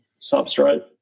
substrate